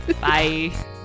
Bye